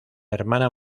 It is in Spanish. hermana